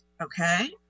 Okay